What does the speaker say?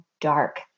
dark